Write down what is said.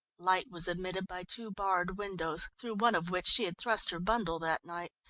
light was admitted by two barred windows, through one of which she had thrust her bundle that night,